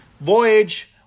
voyage